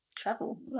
Travel